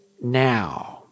now